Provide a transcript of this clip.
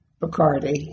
Bacardi